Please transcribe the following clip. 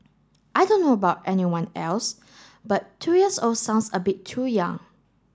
I don't know about everyone else but two years old sounds a bit too young